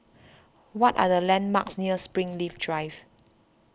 what are the landmarks near Springleaf Drive